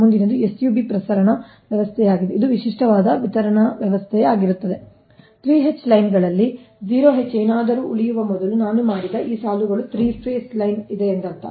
ಮುಂದಿನದು SUB ಪ್ರಸರಣ ವ್ಯವಸ್ಥೆಯಿಂದ ಇದು ವಿಶಿಷ್ಟವಾದ ವಿತರಣಾ ವ್ಯವಸ್ಥೆಯಾಗಿದೆ 3 h ಲೈನ್ಗಳಲ್ಲಿ 0 h ಏನಾದರೂ ಉಳಿಯುವ ಮೊದಲು ನಾನು ಮಾಡಿದ ಈ ಸಾಲುಗಳು 3 ಫೇಸ್ ಲೈನ್ ಇದೆ ಎಂದರ್ಥ